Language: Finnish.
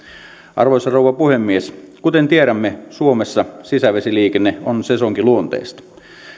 arvoisa rouva puhemies kuten tiedämme suomessa sisävesiliikenne on sesonkiluonteista